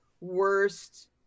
worst